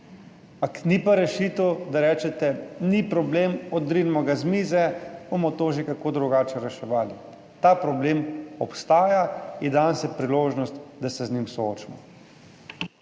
Ampak ni pa rešitev, da rečete, ni problem, odrinimo ga z mize, bomo to že kako drugače reševali. Ta problem obstaja in danes je priložnost, da se z njim soočimo.